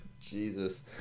Jesus